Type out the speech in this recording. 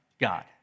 God